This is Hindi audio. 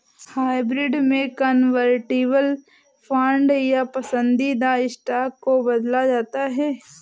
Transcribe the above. हाइब्रिड में कन्वर्टिबल बांड या पसंदीदा स्टॉक को बदला जाता है